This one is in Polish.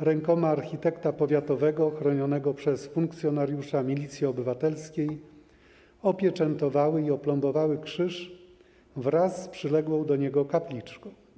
rękoma architekta powiatowego, chronionego przez funkcjonariusza Milicji Obywatelskiej, opieczętowały i oplombowały krzyż wraz z przyległą do niego kapliczką.